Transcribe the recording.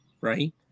right